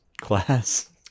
class